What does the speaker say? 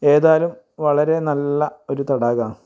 ഏതായാലും വളരെ നല്ല ഒരു തടാകമാണ്